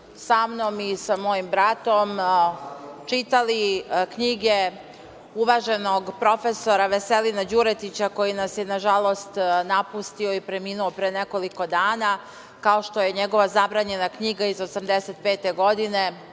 sa mnom i sa mojim bratom, čitali knjige uvaženog prof. Veselina Đuretića, koji nas je, nažalost, napustio i preminuo pre nekoliko dana, kao što je njegova zabranjena knjiga iz 1985. godine